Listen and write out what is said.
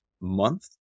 month